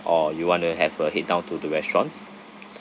or you want to have a head down to the restaurants